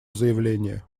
заявление